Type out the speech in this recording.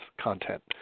content